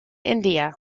india